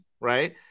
right